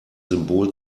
symbol